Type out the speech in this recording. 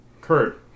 Kurt